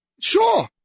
Sure